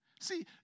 See